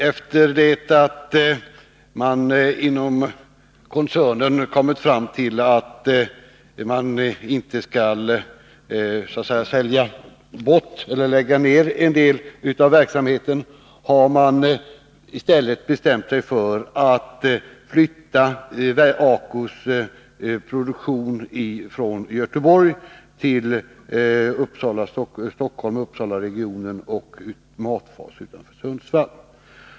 Efter det att man inom ACO-koncernen kommit fram till att man inte skall sälja bort eller lägga ned en del av verksamheten har man bestämt sig för att flytta produktionen från Göteborg till Stockholm-Uppsalaregionen och till Matfors utanför Sundsvall.